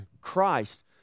Christ